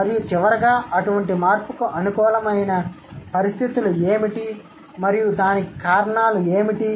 మరియు చివరగా అటువంటి మార్పుకు అనుకూలమైన పరిస్థితులు ఏమిటి మరియు దానికి కారణాలు ఏమిటి